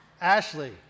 Ashley